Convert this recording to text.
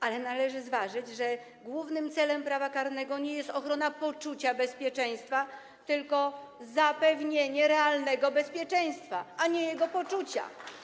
Ale należy zważyć, że głównym celem prawa karnego jest nie ochrona poczucia bezpieczeństwa, tylko zapewnienie realnego bezpieczeństwa, nie jego poczucia.